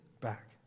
back